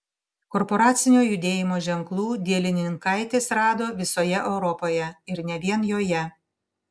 korporacinio judėjimo ženklų dielininkaitis rado visoje europoje ir ne vien joje